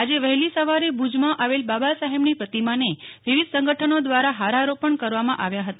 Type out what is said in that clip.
આજે વહેલી સવારે ભુજમાં આવેલ બાબા સાહેબની પ્રતિમાને વિવિધ સંગઠનો દ્વારા હારારોહણ કરવામાં આવ્યા હતા